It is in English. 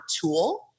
tool